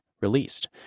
released